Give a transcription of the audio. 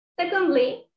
Secondly